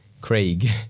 Craig